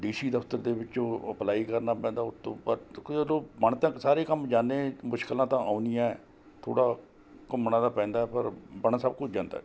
D C ਦਫਤਰ ਦੇ ਵਿੱਚੋਂ ਐਪਲਾਈ ਕਰਨਾ ਪੈਂਦਾ ਉਤੋਂ ਬਣ ਤਾਂ ਸਾਰੇ ਕੰਮ ਜਾਂਦੇ ਮੁਸ਼ਕਿਲਾਂ ਤਾਂ ਆਉਂਦੀਆਂ ਥੋੜ੍ਹਾ ਘੁੰਮਣਾ ਤਾਂ ਪੈਂਦਾ ਪਰ ਬਣ ਸਭ ਕੁਝ ਜਾਂਦਾ